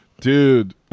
dude